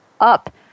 up